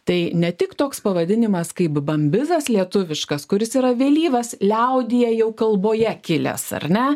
tai ne tik toks pavadinimas kaip bambizas lietuviškas kuris yra vėlyvas liaudyje jau kalboje kilęs ar ne